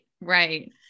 right